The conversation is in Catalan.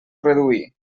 reduir